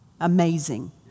Amazing